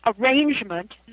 arrangement